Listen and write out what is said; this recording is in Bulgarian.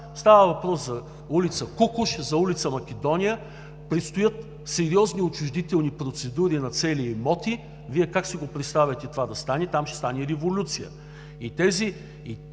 Става въпрос за улица „Кукуш“ и за улица „Македония“. Предстоят сериозни отчуждителни процедури на цели имоти. Вие как си представяте това да стане? Там ще стане революция.